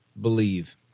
believe